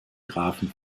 grafen